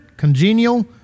congenial